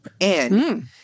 And-